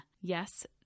Yes